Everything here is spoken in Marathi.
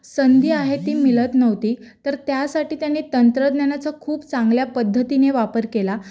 संधी आहे ती मिळत नव्हती तर त्यासाठी त्यांनी तंत्रज्ञानाचा खूप चांगल्या पद्धतीने वापर केला